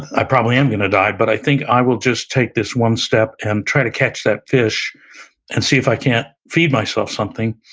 i probably am gonna die, but i think i will just take this one step, and try to catch that fish and see if i can feed myself something.